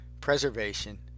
preservation